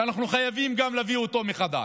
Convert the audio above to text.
שאנחנו חייבים גם להביא אותו מחדש,